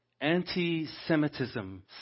anti-Semitism